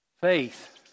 faith